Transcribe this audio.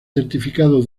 certificado